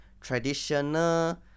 traditional